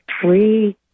three